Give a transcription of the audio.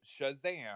Shazam